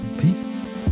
Peace